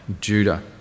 Judah